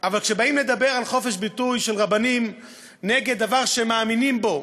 אבל כשבאים לדבר על חופש ביטוי של רבנים נגד דבר שהם מאמינים בו,